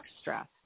stress